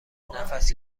نفس